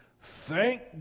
thank